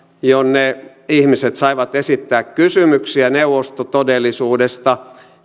jonne ihmiset saivat esittää kysymyksiä neuvostotodellisuudesta